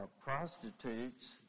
Prostitutes